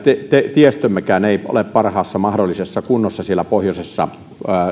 tiestömmekään ei ole parhaassa mahdollisessa kunnossa siellä pohjoisessa